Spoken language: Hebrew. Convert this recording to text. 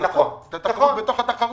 - תחרות בתוך התחרות.